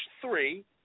three